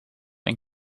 een